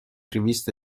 riviste